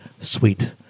sweet